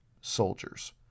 soldiers